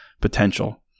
potential